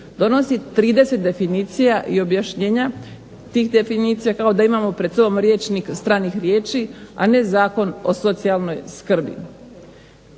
Donosi 30 definicija i objašnjenja tih definicija kao da imamo pred sobom rječnik stranih riječi, a ne Zakon o socijalnoj skrbi.